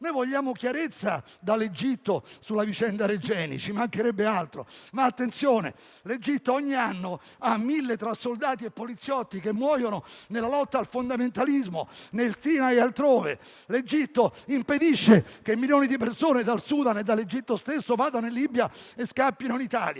Vogliamo chiarezza dall'Egitto sulla vicenda Regeni, ci mancherebbe altro. Ma, attenzione: l'Egitto ogni anno ha 1.000 persone, tra soldati e poliziotti, che muoiono nella lotta al fondamentalismo nel Sinai e altrove. L'Egitto impedisce che milioni di persone dal Sudan e dall'Egitto stesso vadano in Libia e scappino in Italia.